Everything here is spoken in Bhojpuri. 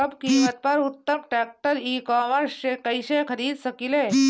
कम कीमत पर उत्तम ट्रैक्टर ई कॉमर्स से कइसे खरीद सकिले?